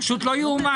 פשוט לא יאומן.